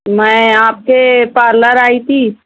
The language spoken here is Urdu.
میں آپ کے پارلر آئی تھی